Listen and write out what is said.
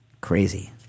Crazy